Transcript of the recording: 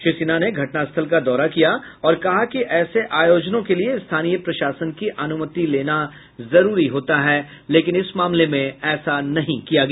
श्री सिन्हा ने घटनास्थल का दौरा किया और कहा कि ऐसे आयोजनों के लिए स्थानीय प्रशासन की अनुमति लेनी जरूरी होती है लेकिन इस मामले में ऐसा नहीं किया गया